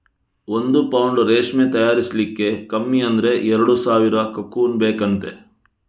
ಒಂದು ಪೌಂಡು ರೇಷ್ಮೆ ತಯಾರಿಸ್ಲಿಕ್ಕೆ ಕಮ್ಮಿ ಅಂದ್ರೆ ಎರಡು ಸಾವಿರ ಕಕೂನ್ ಬೇಕಂತೆ